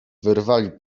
wyrwali